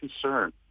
concern